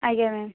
ଆଜ୍ଞା ମ୍ୟାମ୍